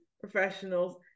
professionals